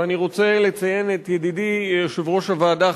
ואני רוצה לציין את ידידי יושב-ראש הוועדה,